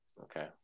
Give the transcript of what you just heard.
Okay